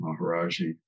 Maharaji